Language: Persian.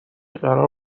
قرار